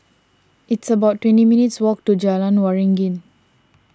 it's about twenty minutes' walk to Jalan Waringin